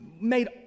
made